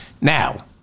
Now